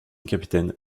capitaine